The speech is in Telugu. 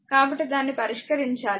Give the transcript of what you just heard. కాబట్టి దాన్ని పరిష్కరించాలి